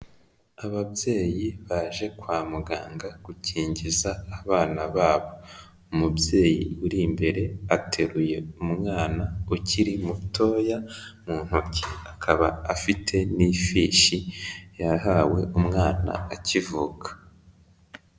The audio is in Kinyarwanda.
Ababyeyi baje kwa muganga, gukingiza abana babo, umubyeyi uri imbere ateruye umwana ukiri mutoya mu ntoki, akaba afite n'ifishi yahawe umwana akivuka.